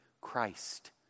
Christ